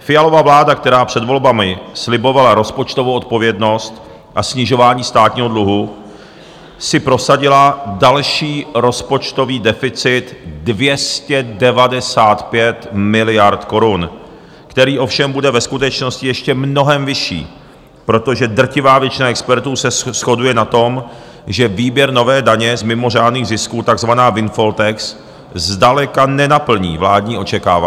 Fialova vláda, která před volbami slibovala rozpočtovou odpovědnost a snižování státního dluhu, si prosadila další rozpočtový deficit 295 miliard korun, který ovšem bude ve skutečnosti ještě mnohem vyšší, protože drtivá většina expertů se shoduje na tom, že výběr nové daně z mimořádných zisků, takzvané windfall tax, zdaleka nenaplní vládní očekávání.